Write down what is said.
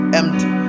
empty